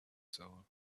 soul